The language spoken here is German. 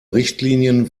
richtlinien